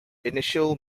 initial